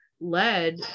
led